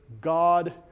God